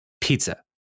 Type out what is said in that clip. Pizza